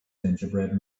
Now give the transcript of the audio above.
gingerbread